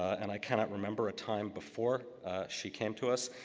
and i cannot remember a time before she came to us,